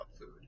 food